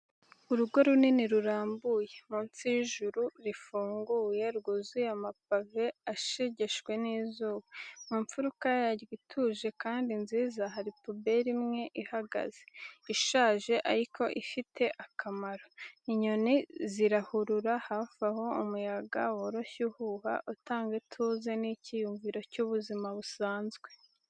Urugo runini rurambuye munsi y’ijuru rifunguye, rwuzuye amapave ashegeshwe n’izuba. Mu mfuruka yaryo ituje kandi nziza, hari puberi imwe ihagaze—ishaje ariko ifite akamaro. Inyoni zirahurura hafi aho, umuyaga woroshye uhuha, utanga ituze n’icyiyumviro cy’ubuzima busanzwe.